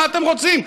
מה אתם רוצים?